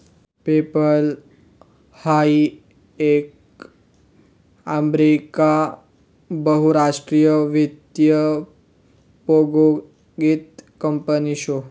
PayPal हाई एक America बहुराष्ट्रीय वित्तीय प्रौद्योगीक कंपनी शे